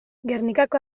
gernikako